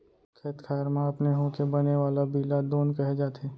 खेत खार म अपने होके बने वाला बीला दोंद कहे जाथे